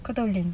kau tahu ling